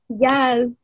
Yes